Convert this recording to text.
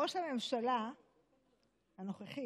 ראש הממשלה הנוכחי